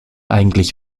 eigentlich